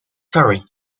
sorry